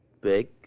Big